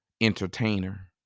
entertainer